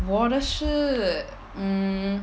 我的是 um